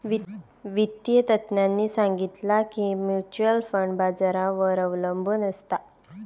वित्तिय तज्ञांनी सांगितला की म्युच्युअल फंड बाजारावर अबलंबून असता